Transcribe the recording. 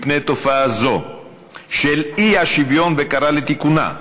תופעה זו של אי-שוויון וקרא לתיקונה,